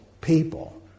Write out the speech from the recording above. people